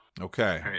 Okay